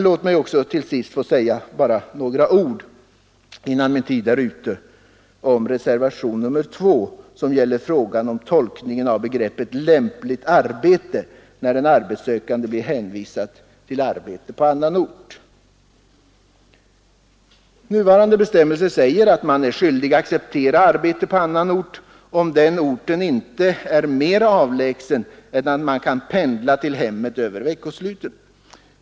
Låt mig också få säga några ord, innan min tid är slut, om reservationen 2, som gäller frågan om tolkningen av begreppet lämpligt arbete när den arbetssökande blir anvisad arbete på annan ort. Nuvarande bestämmelser säger att man är skyldig acceptera arbete på annan ort om den orten inte är mera avlägsen än att man kan pendla till hemmet över veckosluten.